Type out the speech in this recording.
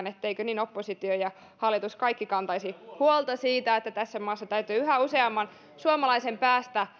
etteivätkö niin oppositio kuin hallitus kaikki kantaisi huolta siitä että tässä maassa täytyy yhä useamman suomalaisen päästä